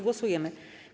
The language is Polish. Głosujemy.